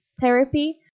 therapy